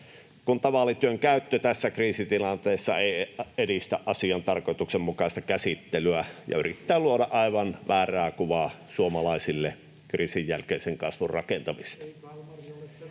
Kuntavaalityön käyttö tässä kriisitilanteessa ei edistä asian tarkoituksenmukaista käsittelyä ja yrittää luoda aivan väärää kuvaa suomalaisille kriisinjälkeisen kasvun rakentamisesta.